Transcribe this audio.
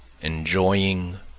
enjoying